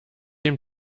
dem